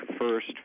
first